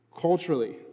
Culturally